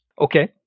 Okay